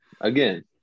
again